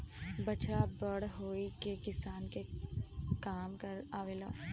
बछड़ा बड़ होई के किसान के काम आवेला